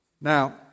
Now